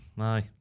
Aye